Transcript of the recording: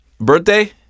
Birthday